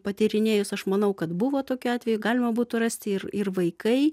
patyrinėjus aš manau kad buvo tokių atvejų galima būtų rasti ir ir vaikai